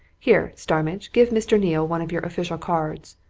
here, starmidge, give mr. neale one of your official cards.